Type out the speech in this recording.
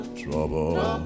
trouble